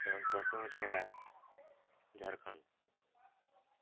ଏବଂ ପଞ୍ଚମଟି ହେଲା ଝାଡ଼ଖଣ୍ଡ